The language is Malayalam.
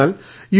എന്നാൽ യു